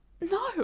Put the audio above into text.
no